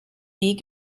wie